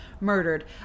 murdered